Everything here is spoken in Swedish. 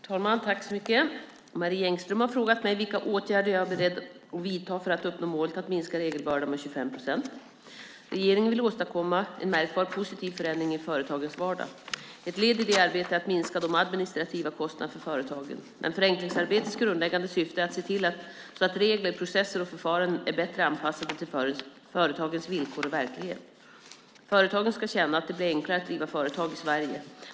Herr talman! Marie Engström har frågat mig vilka åtgärder jag är beredd att vidta för att uppnå målet att minska regelbördan med 25 procent. Regeringen vill åstadkomma en märkbar positiv förändring i företagens vardag. Ett led i det arbetet är att minska de administrativa kostnaderna för företagen. Men förenklingsarbetets grundläggande syfte är att se till så att regler, processer och förfaranden är bättre anpassade till företagens villkor och verklighet. Företagaren ska känna, att det blir enklare att driva företag i Sverige.